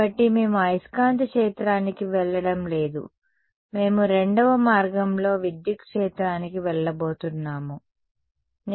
కాబట్టి మేము అయస్కాంత క్షేత్రానికి వెళ్లడం లేదు మేము రెండవ మార్గంలో విద్యుత్ క్షేత్రానికి వెళ్లబోతున్నాము సరే